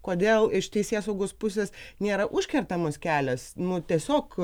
kodėl iš teisėsaugos pusės nėra užkertamas kelias nu tiesiog